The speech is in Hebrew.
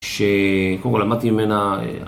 ש... קודם כל למדתי ממנה...